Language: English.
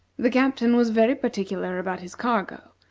the captain was very particular about his cargo,